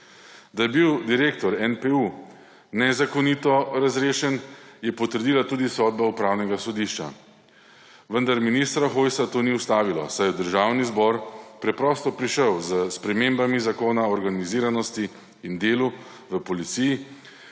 Da je bil direktor NPU nezakonito razrešen, je potrdila tudi sodba upravnega sodišča, vendar ministra Hojsa to ni ustavilo, saj je v Državni zbor preprosto prišel s spremembami Zakona o organiziranosti in delu v policiji